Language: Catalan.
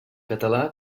català